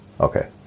Okay